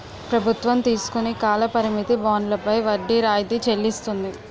ప్రభుత్వం తీసుకుని కాల పరిమిత బండ్లపై వడ్డీ రాయితీ చెల్లిస్తుంది